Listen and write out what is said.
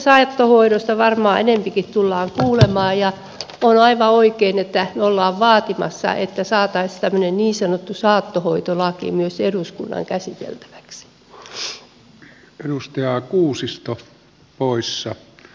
tästä saattohoidosta varmaan enempikin tullaan kuulemaan ja on aivan oikein että me olemme vaatimassa että saataisiin tämmöinen niin sanottu saattohoitolaki myös eduskunnan käsiteltäväksi